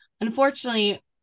unfortunately